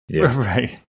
Right